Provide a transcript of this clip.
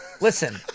listen